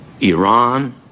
Iran